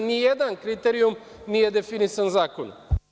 Nijedan kriterijum nije definisan zakonom.